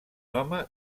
home